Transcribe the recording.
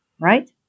right